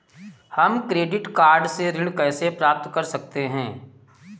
हम credit card से ऋण कैसे प्राप्त कर सकते हैं?